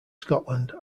scotland